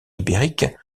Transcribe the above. ibérique